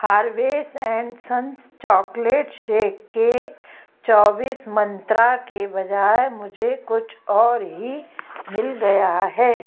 Harvey's and sons chocolate shake के चौबीस मंत्रा के बजाय मुझे कुछ और ही मिल गया है